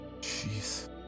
Jeez